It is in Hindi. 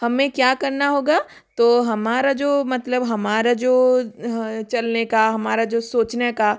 हमें क्या करना होगा तो हमारा जो मतलब हमारा जो चलने का हमारा जो सोचने का